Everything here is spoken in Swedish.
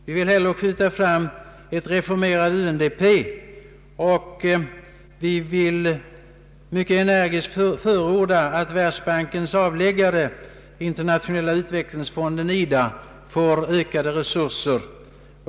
Vi vill hellre skjuta fram ett reformerat UNDP och förordar mycket energiskt att Världsbankens avläggare, Internationella utvecklingsfonden , ges ökade resurser.